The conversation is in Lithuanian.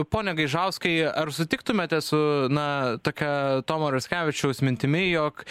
pone gaižauskai ar sutiktumėte su na tokia tomo raskevičiaus mintimi jog